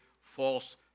false